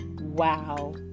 Wow